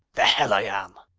the hell i am!